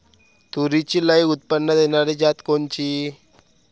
तूरीची लई उत्पन्न देणारी जात कोनची?